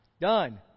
done